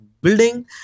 building